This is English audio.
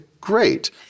great